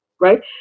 Right